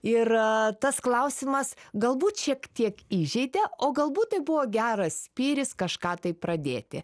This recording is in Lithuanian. yra tas klausimas galbūt šiek tiek įžeidė o galbūt tai buvo geras spyris kažką tai pradėti